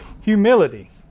humility